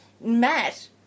Matt